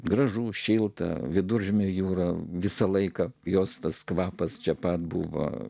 gražų šiltą viduržemio jūrą visą laiką jos tas kvapas čia pat buvo